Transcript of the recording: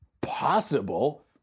possible